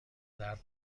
درد